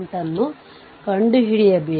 ಅನ್ನು ಪಡೆಯಬಹುದು